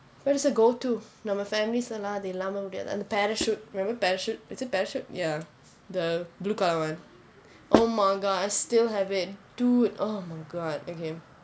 well it's a go to நம்ம:namma families எல்லாம் அது இல்லாம முடியாது அந்த:ellam athu illaama mudiyaathu antha Parachute remember Parachute is it Parachute ya the blue colour [one] oh my god I still have it dude oh my god okay